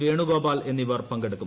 വേണുഗോപാൽ എന്നിവർ പങ്കെടുക്കും